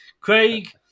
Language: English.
Craig